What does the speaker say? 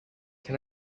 can